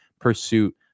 pursuit